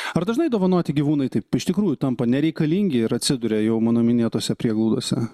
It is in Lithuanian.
ar dažnai dovanoti gyvūnai taip iš tikrųjų tampa nereikalingi ir atsiduria jau mano minėtose prieglaudose